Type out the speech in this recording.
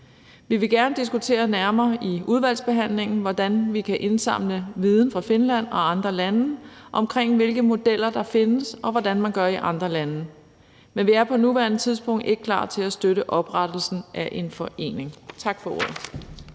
Vi vil gerne diskutere nærmere i udvalgsbehandlingen, hvordan vi kan indsamle viden fra Finland og andre lande omkring, hvilke modeller der findes, og hvordan man gør i andre lande. Men vi er på nuværende tidspunkt ikke klar til at støtte oprettelsen af en forening. Tak for ordet.